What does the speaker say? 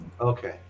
okay